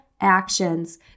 actions